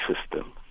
system